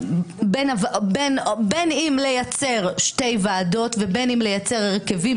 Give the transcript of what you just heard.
בין אם לייצר שתי ועדות ובין אם לייצר הרכבים